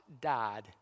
died